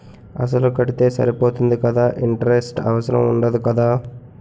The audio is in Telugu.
అసలు కడితే సరిపోతుంది కదా ఇంటరెస్ట్ అవసరం ఉండదు కదా?